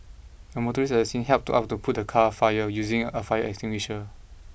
a motorist at the scene helped out to put the car fire using a fire extinguisher